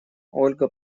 ольга